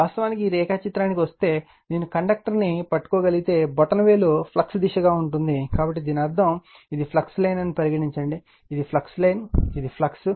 వాస్తవానికి ఈ రేఖాచిత్రానికి వస్తే నేను కండక్టర్ను పట్టుకోగలిగితే బొటనవేలు ఫ్లక్స్ దిశగా ఉంటుంది కాబట్టి దీని అర్థం ఇది ఫ్లక్స్ లైన్ అని పరిగణించండి ఇది ఫ్లక్స్ లైన్ ఇది ఫ్లక్స్